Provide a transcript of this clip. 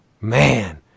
man